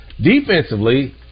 Defensively